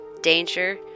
danger